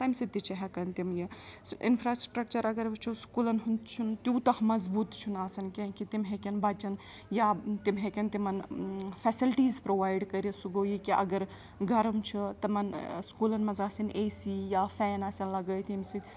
تَمہِ سۭتۍ تہِ چھِ ہٮ۪کَان تِم یہِ سُہ اِنفراسٹرکچَر اگر وٕچھو سکوٗلَن ہُنٛد چھُنہٕ تیوٗتاہ مضبوٗط چھُنہٕ آسان کیٚنٛہہ کہِ تِم ہیٚکن بَچَن یا تِم ہیٚکٮن تِمَن فیسَلٹیٖز پروایِڈ کٔرِتھ سُہ گوٚو یہِ کہِ اگر گَرم چھُ تِمَن سکوٗلَن منٛز آسان اے سی یا فین آسان لَگٲیِتھ ییٚمہِ سۭتۍ